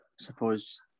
suppose